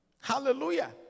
Hallelujah